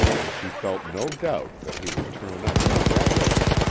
and she felt no doubt that he would turn up when he got ready.